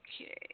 Okay